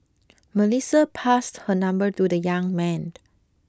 Melissa passed her number to the young man